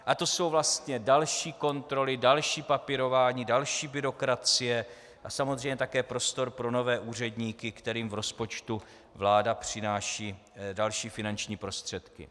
A to jsou vlastně další kontroly, další papírování, další byrokracie a samozřejmě také prostor pro nové úředníky, kterým v rozpočtu vláda přináší další finanční prostředky.